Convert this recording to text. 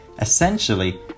Essentially